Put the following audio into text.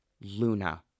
Luna